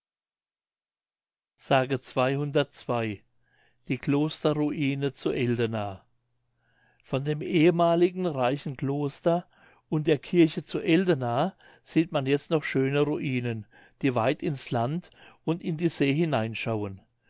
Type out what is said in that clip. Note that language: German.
mündlich die klosterruine zu eldena von dem ehemaligen reichen kloster und der kirche zu eldena sieht man jetzt noch schöne ruinen die weit ins land und in die see hineinschauen